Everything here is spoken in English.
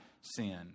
sin